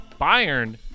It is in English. Bayern